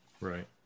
Right